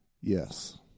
Yes